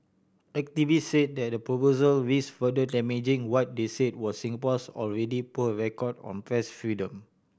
activist said that the proposal risked further damaging what they said was Singapore's already poor record on press freedom